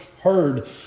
heard